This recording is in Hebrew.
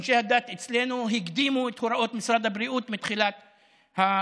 אנשי הדת אצלנו הקדימו את הוראות משרד הבריאות מתחילת המשבר.